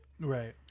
Right